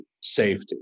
safety